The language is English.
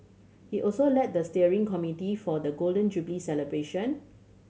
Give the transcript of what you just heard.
he also led the steering committee for the Golden Jubilee celebration